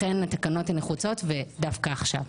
לכן התקנות נחוצות ודווקא עכשיו.